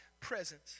presence